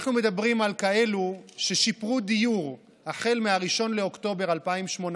אנחנו מדברים על כאלה ששיפרו דיור החל מ-1 באוקטובר 2018,